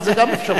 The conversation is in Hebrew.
אבל זאת גם אפשרות,